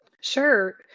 Sure